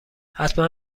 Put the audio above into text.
حتما